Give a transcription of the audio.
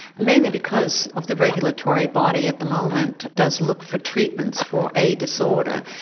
mainly because of the regulatory body at the moment does look for treatments for a disorder,